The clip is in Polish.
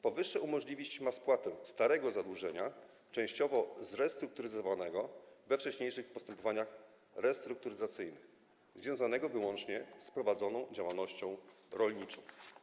Powyższe umożliwić ma spłatę starego zadłużenia częściowo zrestrukturyzowanego we wcześniejszych postępowaniach restrukturyzacyjnych, związanego wyłącznie z prowadzoną działalnością rolniczą.